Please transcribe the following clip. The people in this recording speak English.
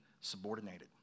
subordinated